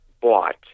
bought